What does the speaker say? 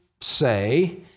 say